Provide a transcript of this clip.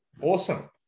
awesome